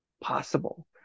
possible